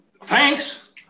thanks